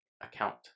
Account